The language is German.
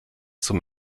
zum